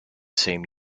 same